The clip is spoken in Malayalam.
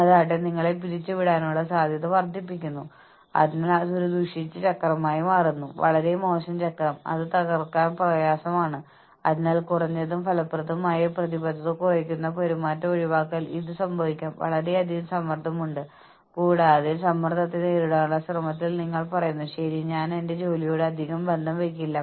അതിനാൽ ഒരു ദിവസം നിങ്ങൾ 20 മണിക്കൂർ ജോലി ചെയ്യുന്നു നിങ്ങൾക്ക് ഇത്രയധികം ലഭിക്കുന്നു മറ്റൊരു ദിവസം നിങ്ങൾക്ക് 5 മണിക്കൂർ ജോലി ചെയ്യാൻ കഴിയില്ല നിങ്ങൾക്ക് അൽപ്പം ലഭിക്കുന്നു അങ്ങനെ അത് അസന്തുലിതാവസ്ഥ സൃഷ്ടിക്കും ഇത് നിങ്ങൾക്ക് പെർഫോം ചെയ്യാൻ സ്ഥിരമായ സമ്മർദ്ദം സൃഷ്ടിക്കും